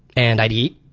and i'd eat